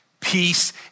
Peace